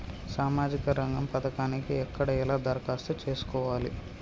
సామాజిక రంగం పథకానికి ఎక్కడ ఎలా దరఖాస్తు చేసుకోవాలి?